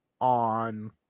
on